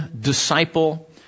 disciple